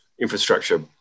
infrastructure